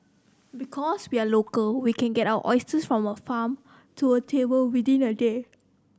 because we are local we can get our oysters from a farm to a table within the day